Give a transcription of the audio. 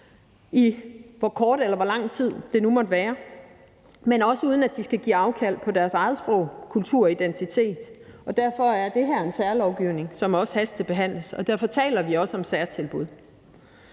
i hvor kort eller hvor lang tid det nu måtte være, men også uden at de skal give afkald på deres eget sprog, kultur og identitet. Derfor er det her særlovgivning, som også hastebehandles, og derfor taler vi også om særtilbud.